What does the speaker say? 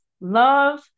love